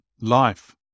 life